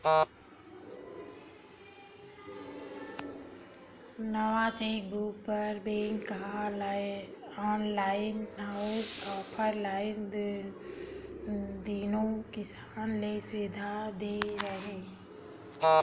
नवा चेकबूक बर बेंक ह ऑनलाईन अउ ऑफलाईन दुनो किसम ले सुबिधा दे हे